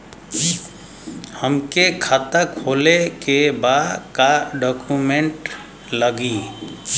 हमके खाता खोले के बा का डॉक्यूमेंट लगी?